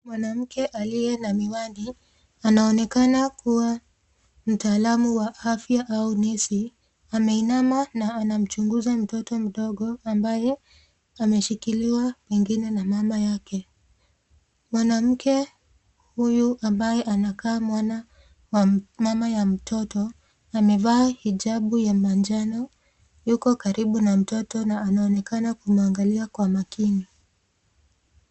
Mwanamke aliye na miwani anaonekana kuwa mtaalamu wa afya au nesi, ameinama na anamchunguza mtoto mdogo ambaye ameshikiliwa mwingine na mama yake. Mwanamke huyu ambaye anakaa mwana wa mama ya mtoto amevaa hijabu ya manjano, yuko karibu na mtoto na anaonekana kumwangalia kwa makini.